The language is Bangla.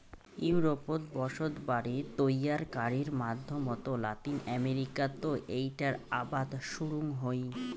ইউরোপত বসতবাড়ি তৈয়ারকারির মাধ্যমত লাতিন আমেরিকাত এ্যাইটার আবাদ শুরুং হই